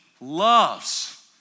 loves